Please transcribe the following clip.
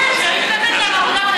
כן, צריך לתת להם.